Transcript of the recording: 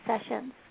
sessions